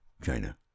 China